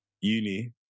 uni